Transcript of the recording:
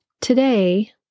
Today